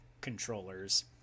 controllers